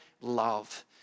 love